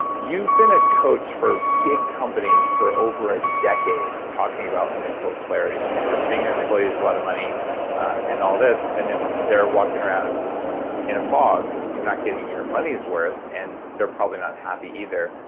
you've been a coach for big companies for over a decade talking about mental clarity. you're paying your employees a lot of money and all this. and if they're walking around in a fog, you're not getting your money's worth, and they're probably not happy either.